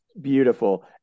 beautiful